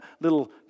little